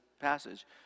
passage